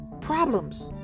problems